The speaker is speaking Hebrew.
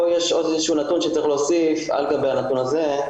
פה יש עוד איזה נתון שצריך להוסיף על גבי הנתון הזה,